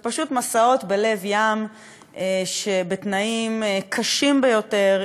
אלה פשוט מסעות בלב ים בתנאים קשים ביותר,